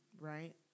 right